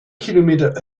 kilometer